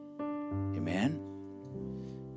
Amen